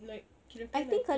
like kirakan like